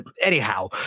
anyhow